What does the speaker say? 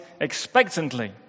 expectantly